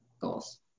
goals